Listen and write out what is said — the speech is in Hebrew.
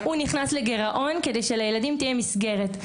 הוא נכנס לגרעון כדי שלילדים תהיה מסגרת.